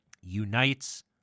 unites